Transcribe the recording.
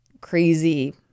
crazy